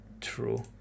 true